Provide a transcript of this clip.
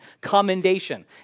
commendation